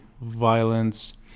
violence